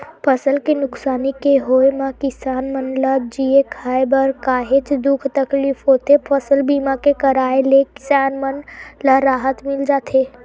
फसल के नुकसानी के होय म किसान मन ल जीए खांए बर काहेच दुख तकलीफ होथे फसल बीमा के कराय ले किसान मन ल राहत मिल जाथे